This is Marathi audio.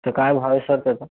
तर काय भाव आहे सर त्याचा